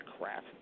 crap